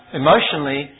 emotionally